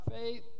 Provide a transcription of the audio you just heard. faith